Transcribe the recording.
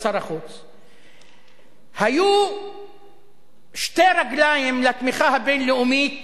היו שתי רגליים לתמיכה הבין-לאומית